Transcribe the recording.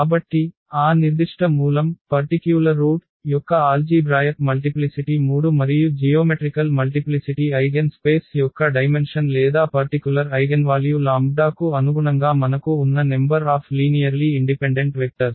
కాబట్టి ఆ నిర్దిష్ట మూలం యొక్క ఆల్జీభ్రాయక్ మల్టిప్లిసిటి 3 మరియు జియోమెట్రికల్ మల్టిప్లిసిటి ఐగెన్ స్పేస్ యొక్క డైమెన్షన్ లేదా పర్టికులర్ ఐగెన్వాల్యూ λ కు అనుగుణంగా మనకు ఉన్న number of linearly independent vectors